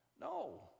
No